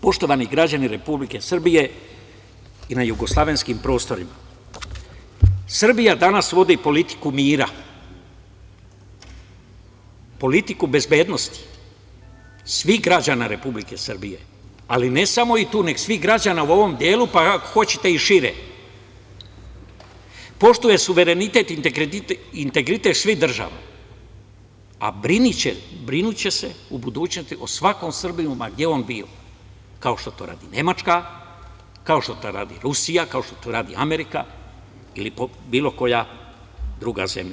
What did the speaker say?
Poštovani građani Republike Srbije i na Jugoslovenskim prostorima, Srbija danas vodi politiku mira, politiku bezbednosti svih građana Republike Srbije ali ne samo i tu nego i svih građana u ovom delu, pa ako hoćete i šire, poštuje suverenitet i integritet svih država, a brinuće se u budućnosti o svakom Srbinu ma gde on bio, kao što to radi Nemačka, kao što to radi Rusija, kao što to radi Amerika ili bilo koja druga zemlja.